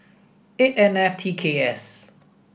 eight N F T K S